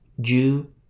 Jew